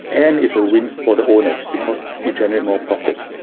and it's a win for the owners because you generate more profit.